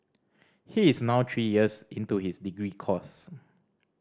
he is now three years into his degree course